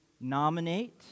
nominate